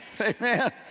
Amen